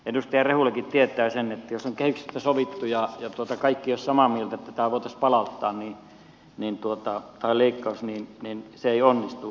edustaja rehulakin tietää sen että jos on kehyksistä sovittu ja kaikki eivät ole samaa mieltä että voitaisiin palauttaa leikkaus niin se ei onnistu